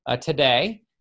today